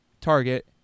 target